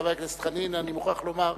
חבר הכנסת חנין, אני מוכרח לומר,